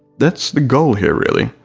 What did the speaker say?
that's the goal here really,